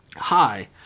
Hi